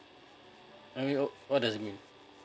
M_E_O what does it mean